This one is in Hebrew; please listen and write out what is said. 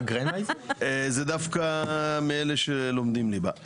זה דווקא מאלה שלומדים ליבה.